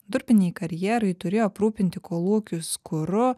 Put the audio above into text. durpiniai karjerai turėjo aprūpinti kolūkius kuru